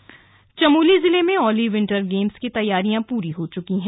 winter games तैयारी चमोली जिले में औली विंटर गेम्स की तैयारियां पूरी हो चुकी हैं